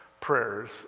prayers